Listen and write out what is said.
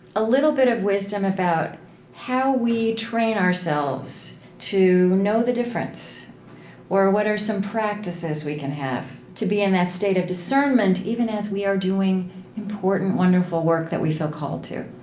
a little bit of wisdom about how we train ourselves to know the difference or what are some practices we can have to be in that state of discernment, even as we are doing important, wonderful work that we feel called to?